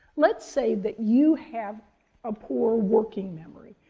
let's say that you have a poor working memory.